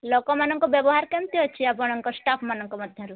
ଲୋକମାନଙ୍କ ବ୍ୟବହାର କେମିତି ଅଛି ଆପଣଙ୍କ ଷ୍ଟାଫ୍ମାନଙ୍କ ମଧ୍ୟରୁ